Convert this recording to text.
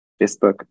facebook